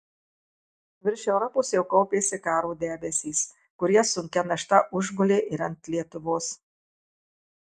virš europos jau kaupėsi karo debesys kurie sunkia našta užgulė ir ant lietuvos